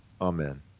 Amen